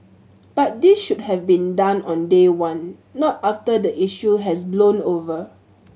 but this should have been done on day one not after the issue has blown over